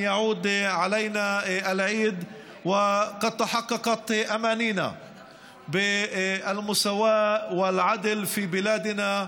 מי ייתן ובמועד זה תתגשמנה כל משאלותינו לשוויון וצדק בארצנו.